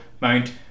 Mount